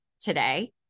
Today